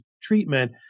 treatment